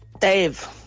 Dave